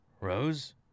Rose